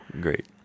Great